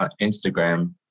Instagram